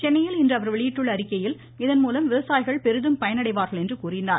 சென்னையில் இன்று அவர் வெளியிட்டுள்ள அறிக்கையில் இதன்மூலம் விவசாயிகள் பயனடைவார்கள் என்று குறிப்பிட்டார்